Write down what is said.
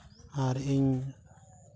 ᱟᱨ ᱤᱧ